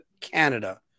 Canada